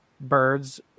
birds